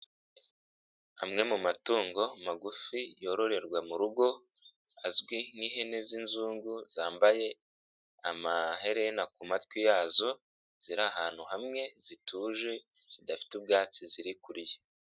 Amwe mu matungo magufi yororerwa mu rugo azwi nk'ihene z'inzungu zambaye amaherena ku matwi yazo, ziri ahantu hamwe zituje zidafite ubwatsi ziri kurya.